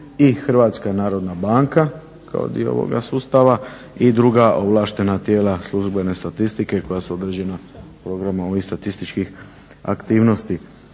statistike i HNB kao dio ovoga sustava i druga ovlaštena tijela službene statistike koja su određena programom ovih statističkih aktivnosti.